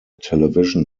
television